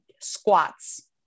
squats